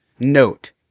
Note